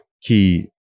key